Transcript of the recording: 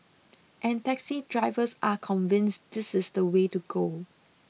and taxi drivers are convinced this is the way to go